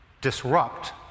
disrupt